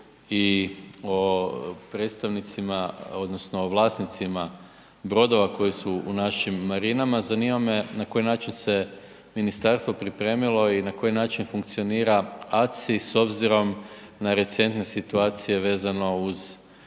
i o predstavnicima odnosno vlasnicima brodova koji su u našim marinama, zanima me na koji način se ministarstvo pripremilo i na koji način funkcionira ACI s obzirom na recentne situacije vezano uz